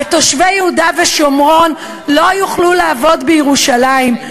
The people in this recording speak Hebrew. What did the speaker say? ותושבי יהודה ושומרון לא יוכלו לעבוד בירושלים,